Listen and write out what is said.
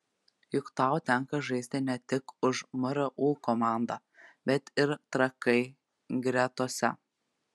juk tau tenka žaisti ne tik už mru komandą bet ir trakai gretose